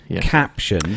caption